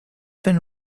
been